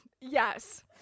Yes